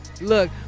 look